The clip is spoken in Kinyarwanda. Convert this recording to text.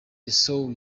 youssou